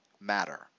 matter